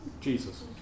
Jesus